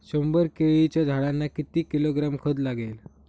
शंभर केळीच्या झाडांना किती किलोग्रॅम खत लागेल?